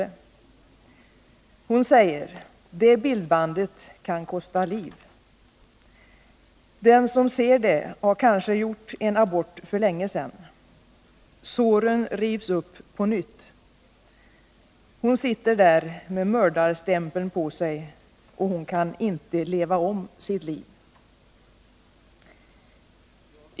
Nämnda barnmorska säger: Det bildbandet kan kosta liv. Den som ser det har kanske gjort en abort för länge sedan. Såren rivs upp på nytt. Hon sitter där med mördarstämpeln på sig — och hon kan inte leva om sitt liv.